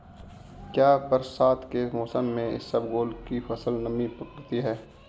क्या बरसात के मौसम में इसबगोल की फसल नमी पकड़ती है?